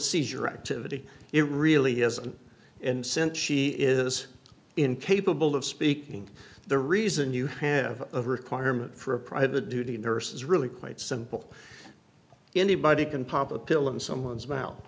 seizure activity it really isn't and since she is incapable of speaking the reason you have a requirement for a private duty nurse is really quite simple anybody can pop a pill in someone's mouth